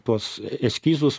tuos eskizus